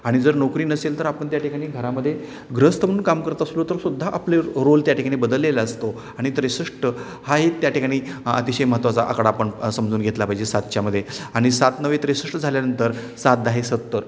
आणि जर नोकरी नसेल तर आपण त्या ठिकाणी घरामध्ये गृहस्थ म्हणून काम करतो असलो तर सुद्धा आपला रोल त्या ठिकाणी बदललेलंला असतो आणि त्रेसष्ठ हा एक त्याठिकाणी अतिशय महत्त्वाचा आकडा आपण समजून घेतला पाहिजे सातच्यामध्ये आणि सात नव्वे त्रेसष्ठ झाल्यानंतर सात दाहे सत्तर